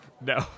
No